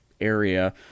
area